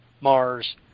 Mars